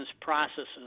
processes